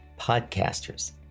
Podcasters